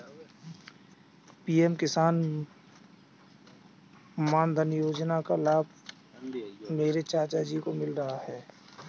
PM Kisan Maandhan Yojana का लाभ मेरे चाचा जी को मिल रहा है